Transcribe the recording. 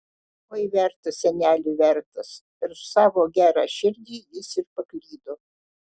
oi vertas seneli vertas per savo gerą širdį jis ir paklydo